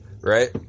right